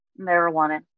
marijuana